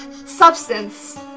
substance